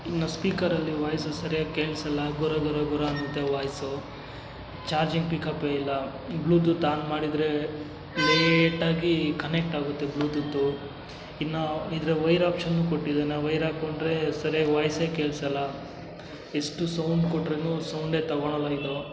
ಇನ್ನು ಸ್ಪೀಕರಲ್ಲಿ ವಾಯ್ಸ್ ಸರಿಯಾಗಿ ಕೇಳ್ಸಲ್ಲ ಗೊರ ಗೊರ ಗೊರ ಅನ್ನುತ್ತೆ ವಾಯ್ಸು ಚಾರ್ಜಿಂಗ್ ಪಿಕಪೆ ಇಲ್ಲ ಬ್ಲೂ ತೂತ್ ಆನ್ ಮಾಡಿದರೆ ಲೇಟಾಗಿ ಕನೆಕ್ಟಾಗುತ್ತೆ ಬ್ಲೂ ತೂತು ಇನ್ನೂ ಇದ್ರ ವೈರ್ ಆಪ್ಷನ್ನು ಕೊಟ್ಟಿದ್ದಾನೆ ಆ ವೈರ್ ಹಾಕ್ಕೊಂಡ್ರೆ ಸರಿಯಾಗಿ ವಾಯ್ಸೆ ಕೇಳ್ಸಲ್ಲ ಎಷ್ಟು ಸೌಂಡ್ ಕೊಟ್ರೂನು ಸೌಂಡೆ ತಗೊಳಲ್ಲ ಇದು